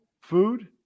food